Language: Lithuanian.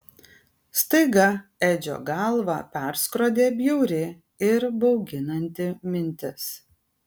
staiga edžio galvą perskrodė bjauri ir bauginanti mintis